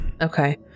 okay